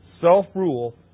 self-rule